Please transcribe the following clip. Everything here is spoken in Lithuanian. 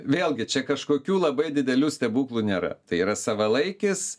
vėlgi čia kažkokių labai didelių stebuklų nėra tai yra savalaikis